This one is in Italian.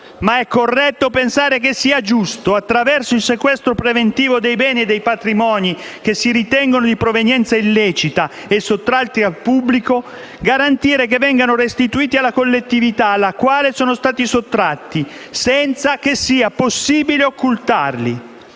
ma è corretto pensare che sia giusto, attraverso il sequestro preventivo dei beni e dei patrimoni che si ritengano di provenienza illecita e sottratti al pubblico, garantire che vengano restituiti alla collettività alla quale sono stati sottratti, senza che sia possibile occultarli.